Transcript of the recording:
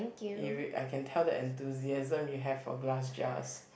Ev~ I can tell that enthusiasm you have for glass jars